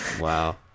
wow